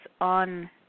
on